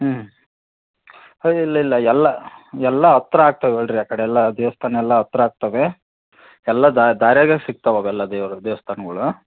ಹ್ಞೂ ಹೇ ಇಲ್ಲ ಇಲ್ಲ ಎಲ್ಲ ಎಲ್ಲ ಹತ್ರ ಆಗ್ತಾವಲ್ಲ ರೀ ಆ ಕಡೆ ಎಲ್ಲ ದೇವ್ಸ್ಥಾನೆಲ್ಲ ಹತ್ರ ಆಗ್ತವೆ ಎಲ್ಲ ದಾರ್ಯಾಗೆ ಸಿಗ್ತವೆ ಅವೆಲ್ಲ ದೇವರು ದೇವ್ಸ್ಥಾನಗಳು